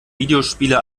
videospiele